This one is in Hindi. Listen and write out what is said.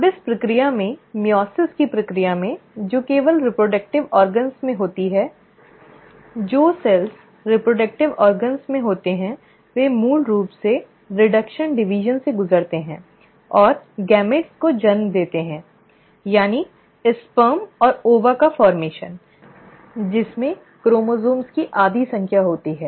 अब इस प्रक्रिया में मइओसिस की प्रक्रिया में जो केवल प्रजनन अंगों में होती है जो सेल्स प्रजनन अंगों में होते हैं वे मूल रूप से रीडक्शन विभाजन से गुजरते हैं और युग्मक को जन्म देते हैं यानी शुक्राणु और डिंब का निर्माण जिसमें क्रोमसोम्स की आधी संख्या होती है